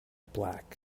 black